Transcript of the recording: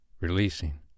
releasing